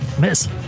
Miss